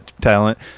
Talent